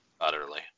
utterly